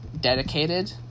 dedicated